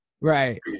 Right